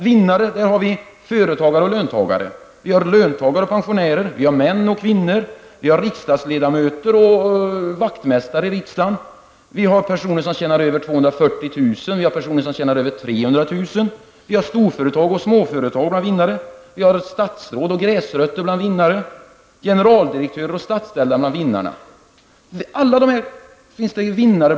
Vinnarna är företagare och löntagare, yrkesverksamma och pensionärer, män och kvinnor, riksdagsledamöter och vaktmästare i riksdagen, personer som tjänar över 240 000 och över 300 000 kr., storföretagare och småföretagare, statsråd och gräsrötter, generaldirektörer och statsanställda. Bland alla dessa finns det vinnare.